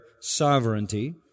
sovereignty